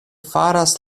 faras